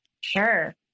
Sure